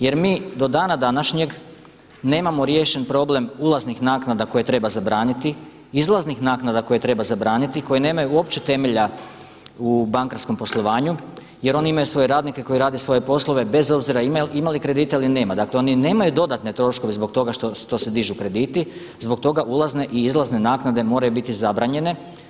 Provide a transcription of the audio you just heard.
Jer mi do dana današnjega nemamo riješen problem ulaznih naknada koje treba zabraniti, izlaznih naknada koje treba zabraniti, koje nemaju uopće temelja u bankarskom poslovanju jer oni imaju svoje radnike koji rade svoje poslove bez obzira ima li kredita ili nema, dakle oni nemaju dodatne troškove zbog toga što se dižu krediti, zbog toga ulazne i izlazne naknade moraju biti zabranjene.